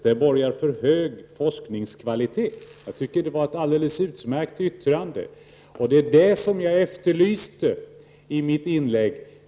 Det borgar för hög forskningskvalitet. Jag tycker att det var ett alldeles utmärkt yttrande. Det var det jag efterlyste i mitt inlägg.